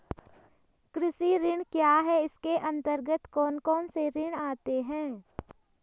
कृषि ऋण क्या है इसके अन्तर्गत कौन कौनसे ऋण आते हैं?